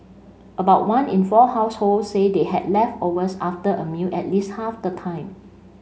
about one in four households say they had leftovers after a meal at least half the time